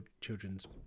children's